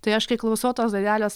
tai aš kai klausau tos dainelės